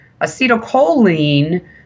acetylcholine